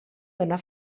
dóna